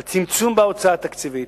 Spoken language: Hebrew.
על צמצום בהוצאה התקציבית.